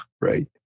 right